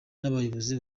n’abayobozi